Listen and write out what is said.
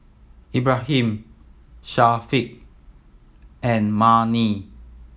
Ibrahim Syafiq and Murni